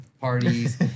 parties